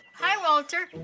hi walter,